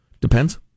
Depends